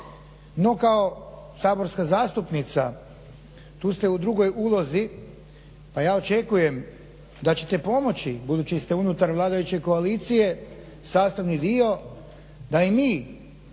No, kao saborska zastupnica tu ste u drugoj ulozi, pa ja očekujem da ćete pomoći, budući da ste unutar vladajuće koalicije sastavni dio da i mi,